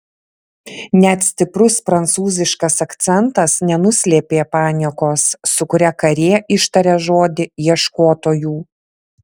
net stiprus prancūziškas akcentas nenuslėpė paniekos su kuria karė ištarė žodį ieškotojų